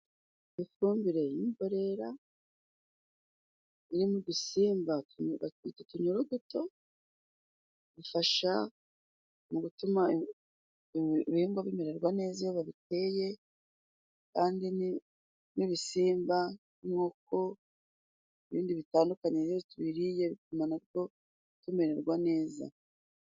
Ifumbire y'imborera irimo udusimba batwita utunyorogoto, ifasha mu gutuma ibihingwa bimererwa neza iyo babiteye, kandi n'ibisimba nk'uko ibindi bitandukanye iyo tubiririye bituma natwo tumererwa neza.